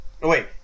Wait